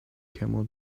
camel